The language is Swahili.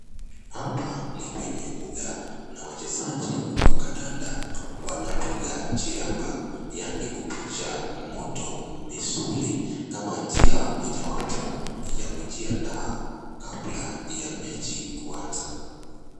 Hapa ni kwenye uga na wachezaji wa kandanda wanapiga chiramba, yaani kupasha moto misuli kama njia mojawapo ya kujiandaa kabla ya mechi kuanza.